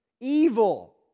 evil